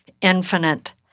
infinite